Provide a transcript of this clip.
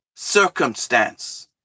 circumstance